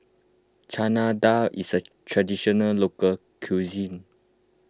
Chana Dal is a Traditional Local Cuisine